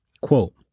Quote